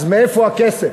אז מאיפה הכסף?